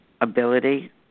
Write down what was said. ability